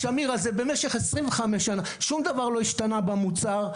השמיר הזה במשך 25 שנה, שום דבר לא השתנה במוצר,